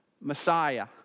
Messiah